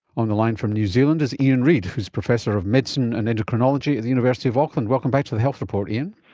on the line from new zealand is ian reid who is professor of medicine and endocrinology at the university of auckland. welcome back to the health report, ian.